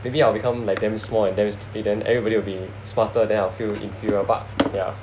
maybe I'll become like damn small and damn stupid then everybody will be smarter than I'll feel inferior but yeah